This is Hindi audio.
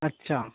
अच्छा